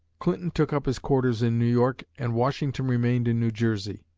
clinton took up his quarters in new york and washington remained in new jersey.